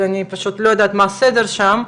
אז אני לא יודעת מה הסדר שם.